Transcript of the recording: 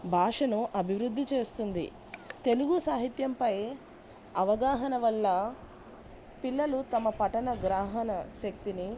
భాషను అభివృద్ధి చేస్తుంది తెలుగు సాహిత్యంపై అవగాహన వల్ల పిల్లలు తమ పఠన గ్రాహన శక్తిని